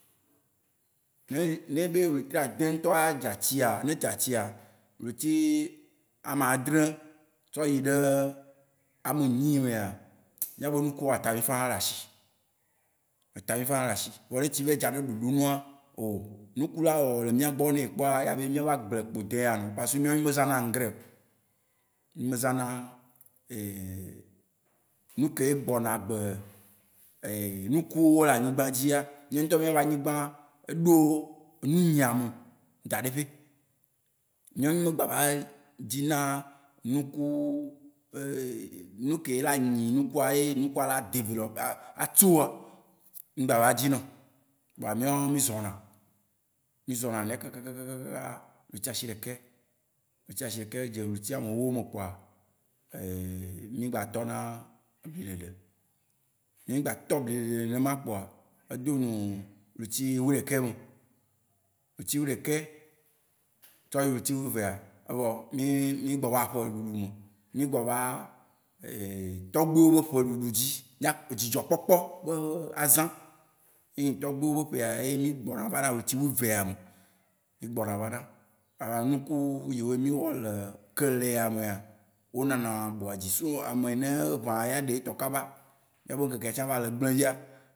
ne nye be ɣleti ade ŋutɔ adza tsia, ne edza tsia, ɣleti ame adre tsɔyi ɖe ame enyi mea, mía be nuku wóa eta mí fã na le ashi. Eta mi ċ na le ashi. Vɔa ne etsi vayi ɖza dza ɖe ɖoɖo nua, oh, nuku la awɔ le mía gbɔ, ne ekpɔa, la be mía be agble kpo da yea nɔ. Parce que míawo mí me zã na angrais oo. Mí me zã na nuke ye gbɔna agbe nukuwó le anyigbaa dzia, mía ŋutɔ mía be anyigbaa, eɖo nunyi ame daɖe xe. Míawo mí me gba va dzi na nuku be nuke ye la anyi nukua ye nukua la developpé- atsia, mí me gba va dzi nɛo. Voa míawoa, mí zɔ na. Mí zɔ na nɛ kaka kaka kaka, ɣleti ashi ɖekɛ- ɣleti ashi ɖekɛ xe dze ɣleti ame ewo me kpoa, mí gba tɔ na ebli ɖeɖe. Ne mí gba tɔ bli ɖeɖe nenema kpoa edo ɣleti wui ɖekɛ me. Ɣleti wui ɖekɛ tsɔ yi ɣleti wui evea, evɔ, mí-mí gbɔ va eƒe ɖuɖu me. Mí gbɔ va tɔgbuiwó be ƒe ɖuɖu dzi. Mía- edzidzɔ kpɔkpɔ be azã yenyi tɔgbuiwó be ƒea, ye mí gbɔna va na ɣletia wui evea me. Mí gbɔ na va na. nuku yiwo mí xɔ le kelea mea, Mía be ŋkekea tsã va le gble efia.